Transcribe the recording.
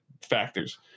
factors